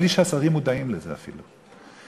בלי שהשרים מודעים לזה אפילו.